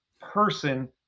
person